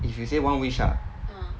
if you say one wish ah